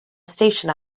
station